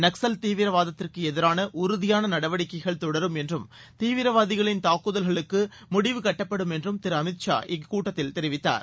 நக்ஸல் தீவிரவாதத்திற்கு எதிரான உறுதியான நடவடிக்கைகள் தொடரும் என்றும் தீவிரவாதிகளின் தாக்குதல்களுக்கு முடிவு கட்டப்படும் என்றும் திரு அமித் ஷா இக்கூட்டத்தில் தெரிவித்தார்